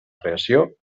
creació